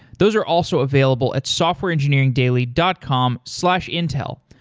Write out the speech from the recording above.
those are also available at softwareengineeringdaily dot com slash intel.